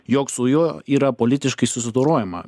jog su juo yra politiškai susidorojama